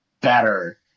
better